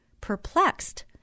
perplexed